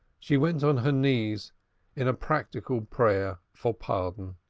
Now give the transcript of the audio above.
she went on her knees in a practical prayer for pardon.